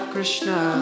Krishna